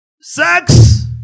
sex